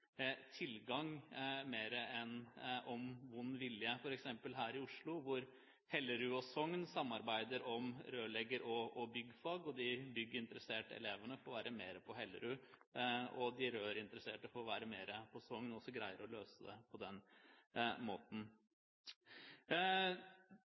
tilgang enn om vond vilje. For eksempel her i Oslo samarbeider Hellerud og Sogn om rørlegger- og byggfag. De bygginteresserte elvene får være mer på Hellerud, og de rørinteresserte får være mer på Sogn – og så greier man å løse det på den måten.